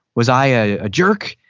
was i a ah ah jerk?